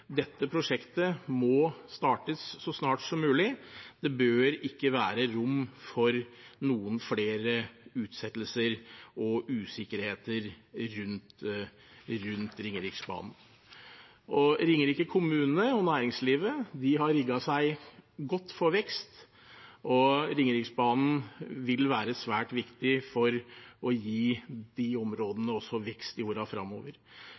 bør ikke være rom for noen flere utsettelser og usikkerheter rundt Ringeriksbanen. Ringerike kommune og næringslivet har rigget seg godt for vekst, og Ringeriksbanen vil være svært viktig for å gi de områdene vekst i